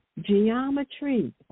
Geometry